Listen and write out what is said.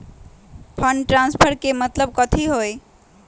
Fund transfer के मतलब कथी होई?